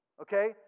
Okay